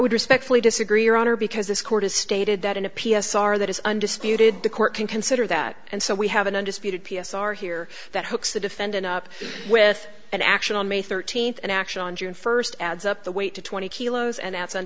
would respectfully disagree your honor because this court has stated that in a p s r that is undisputed the court can consider that and so we have an undisputed p s r here that hooks the defendant up with an action on may thirteenth and action on june first adds up the weight to twenty kilos an